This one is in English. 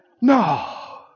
No